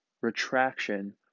retraction